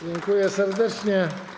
Dziękuję serdecznie.